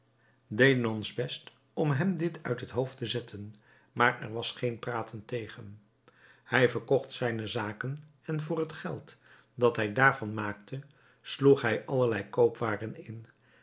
ons best om hem dit uit het hoofd te zetten maar er was geen praten tegen hij verkocht zijne zaken en voor het geld dat hij daarvan maakte sloeg hij allerlei koopwaren in